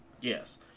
Yes